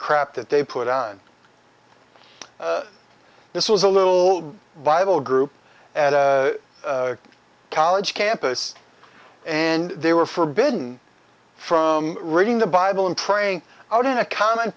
crap that they put on this was a little bible group at a college campus and they were forbidden from reading the bible and praying out in a common